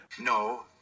No